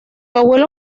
abuelo